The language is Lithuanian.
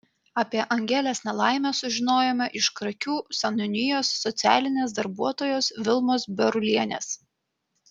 apie angelės nelaimę sužinojome iš krakių seniūnijos socialinės darbuotojos vilmos berulienės